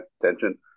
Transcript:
attention